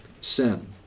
sin